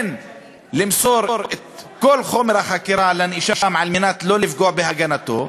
כן למסור את כל חומר החקירה לנאשם על מנת לא לפגוע בהגנתו,